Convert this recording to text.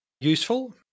Useful